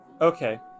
okay